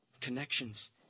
connections